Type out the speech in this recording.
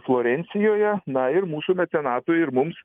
florencijoje na ir mūsų mecenatui ir mums